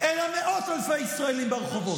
אלא מאות אלפי ישראלים ברחובות.